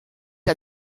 que